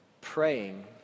Praying